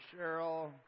Cheryl